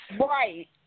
Right